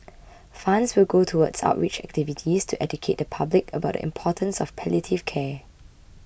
funds will go towards outreach activities to educate the public about the importance of palliative care